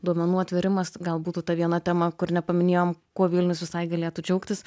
duomenų atvėrimas gal būtų ta viena tema kur nepaminėjom kuo vilnius visai galėtų džiaugtis